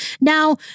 Now